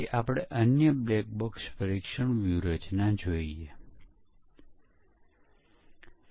અને જ્યારે કોડમાં ભૂલો હોય છે ત્યારે પરીક્ષણ દરમિયાન પ્રોગ્રામ નિષ્ફળ થઈ શકે છે